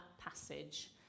passage